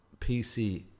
PC